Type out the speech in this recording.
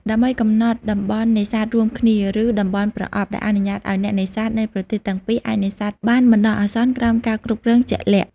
ដើម្បីកំណត់តំបន់នេសាទរួមគ្នា ឬតំបន់ ប្រអប់ ដែលអនុញ្ញាតឱ្យអ្នកនេសាទនៃប្រទេសទាំងពីរអាចនេសាទបានបណ្តោះអាសន្នក្រោមការគ្រប់គ្រងជាក់លាក់។